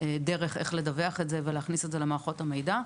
דרך איך לדווח את זה ולהכניס את זה למערכות המידע.